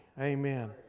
amen